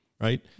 Right